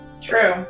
True